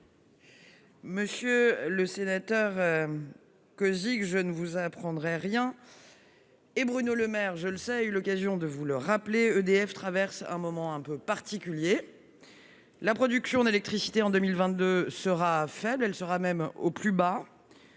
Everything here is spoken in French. Monsieur le sénateur que zic, je ne vous apprendrai rien et Bruno Lemaire, je le sais, a eu l'occasion de vous le rappeler, EDF traverse un moment un peu particulier, la production d'électricité en 2022 sera faible, elle sera même au plus bas,